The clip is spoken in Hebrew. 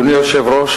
אדוני היושב-ראש,